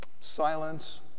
silence